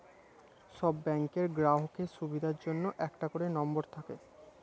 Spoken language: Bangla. সব ব্যাংকের গ্রাহকের সুবিধার জন্য একটা করে নম্বর থাকে